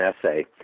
essay